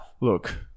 Look